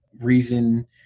reason